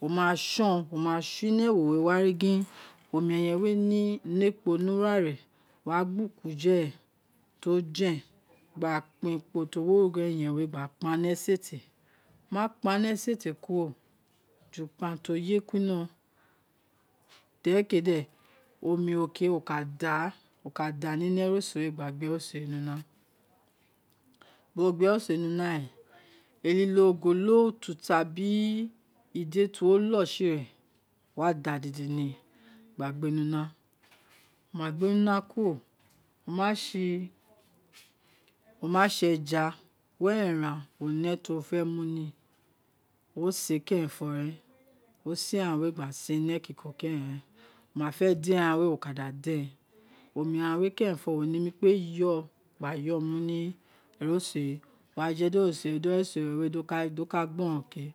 wo ma son wo ma son ni ewe wo wa ri gin omi eyen we ne ekpo ni urare wa gba kpan ekpo ti o ongho eyen we gba kpan ni esete, wo ma kpan ni esete kuro di wo kpan ti o yē ni luo ro de rēkē de omi ro wo ka da ā ni eroso wē gba gbe ̄ ẹroso wē ni una gbi wo gbe eroso we ni una lauro elilo ogolo, utata biri ide ti wo lo si ren wa da dede nii gbe gbe ni una wo ma gbe ni una kuro, o ma si eja were eran wo ne ti wofe muni iwo sē kerenfo re̱n wo sē ẹran wē gba sē muni ekiko keren, wo mafe den eran we woka da den omi eran we kerenfo wo nemi kpe yóò gba yo ra luo eroso we wo wa jedi eroso we, eroso re wē gbọrọn kē